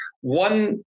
one